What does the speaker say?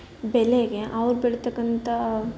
ಬೆಲೆಗೆ ಅವ್ರು ಬೆಳೀತಕ್ಕಂಥ